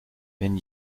wenn